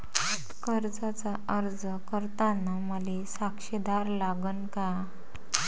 कर्जाचा अर्ज करताना मले साक्षीदार लागन का?